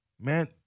man